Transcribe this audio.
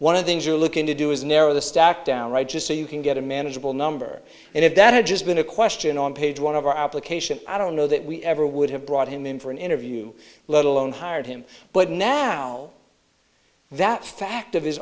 one of things you're looking to do is narrow the stack down right just so you can get a manageable number and if that had just been a question on page one of our application i don't know that we ever would have brought him in for an interview let alone hired him but now that fact of his